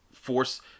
force